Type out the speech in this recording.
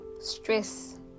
stress